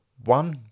one